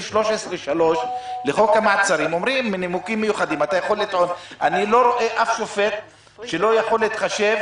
אני לא רואה אף שופט שלא יכול להתחשב